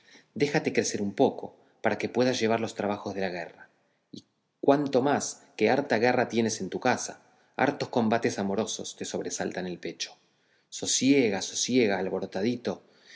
déjate crecer un poco para que puedas llevar los trabajos de la guerra cuanto más que harta guerra tienes en tu casa hartos combates amorosos te sobresaltan el pecho sosiega sosiega alborotadito y mira lo